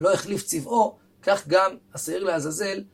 לא החליף צבעו, כך גם השעיר לעזאזל.